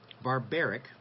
barbaric